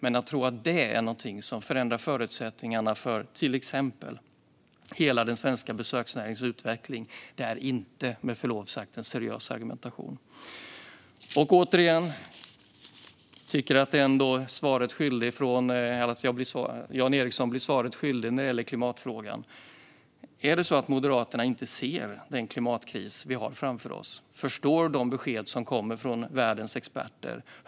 Men att tro att det förändrar förutsättningarna för till exempel hela den svenska besöksnäringens utveckling är med förlov sagt inte en seriös argumentation. Återigen: Jan Ericson är svaret skyldig vad gäller klimatfrågan. Ser Moderaterna inte den klimatkris vi har framför oss? Förstår ni inte de besked som kommer från världens experter?